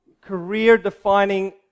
career-defining